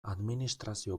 administrazio